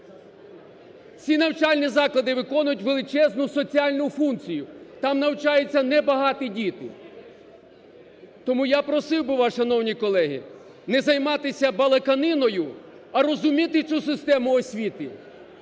Ці навчальні заклади виконують величезну соціальну функцію, там навчаються не багаті діти. Тому я просив би вас, шановні колеги, не займатися балаканиною, а розуміти цю систему освіти